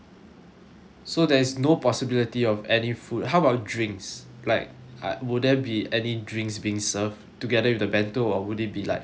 so there is no possibility of any food how about drinks like ah will there be any drinks being served together with the bento or would it be like packet drinks